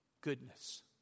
goodness